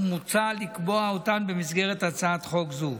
ומוצע לקבוע אותן במסגרת הצעת חוק זו.